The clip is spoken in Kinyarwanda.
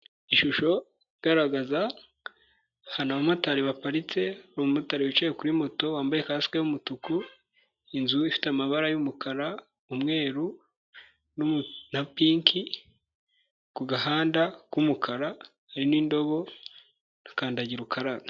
Ishusho igaragaza ahantu abamotari baparitse, umumotari wicaye kuri moto wambaye kasike y'umutuku, inzu ifite amabara y'umukara n'umweru na pinki, ku gahanda k'umukara hari n'indobo na kandagira ukarabe.